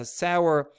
sour